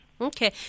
Okay